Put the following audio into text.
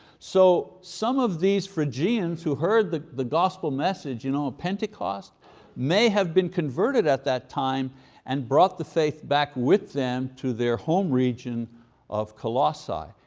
so some of these phrygians who heard the the gospel message at you know pentecost may have been converted at that time and brought the faith back with them to their home region of colossae.